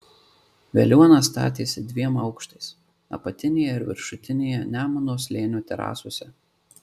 veliuona statėsi dviem aukštais apatinėje ir viršutinėje nemuno slėnio terasose